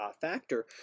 factor